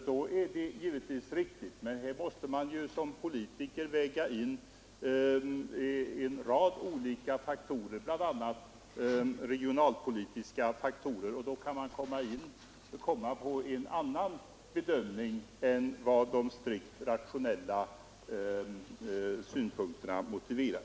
Som politiker måste man emellertid väga in en rad olika faktorer, bl.a. regionalpolitiska, och då kan bedömningen bli en annan än vad de strikt rationella synpunkterna motiverar.